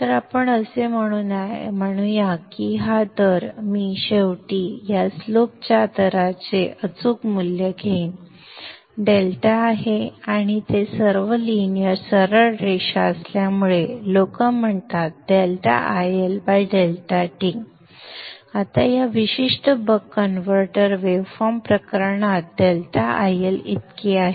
तर आपण असे म्हणूया की हा दर मी शेवटी या स्लोप च्या दराचे अचूक मूल्य घेईन डेल्टा आहे आणि ते सर्व लिनियर सरळ रेषा असल्यामुळे लोक म्हणतात ∆IL∆T आता या विशिष्ट बक कन्व्हर्टर वेव्हफॉर्म प्रकरणात ∆IL इतके आहे